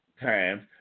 times